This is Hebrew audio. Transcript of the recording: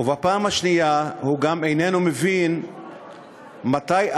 ובפעם השנייה הוא גם איננו מבין מתי עליו,